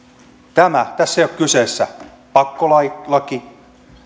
tässä ei ole kyseessä pakkolaki